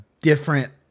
different